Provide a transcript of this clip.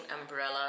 umbrella